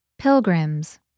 Pilgrims